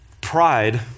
pride